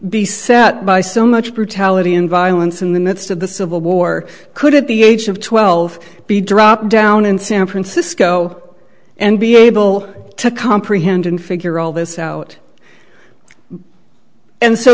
be set by so much brutality and violence in the midst of the civil war could at the age of twelve be dropped down in san francisco and be able to comprehend and figure all this out and so